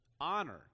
honor